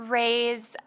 raise